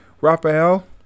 Raphael